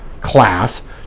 class